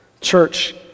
Church